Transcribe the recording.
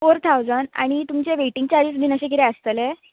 four thousand आनी तुमचे waiting charges बी अशें कितें आसतलें